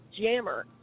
jammer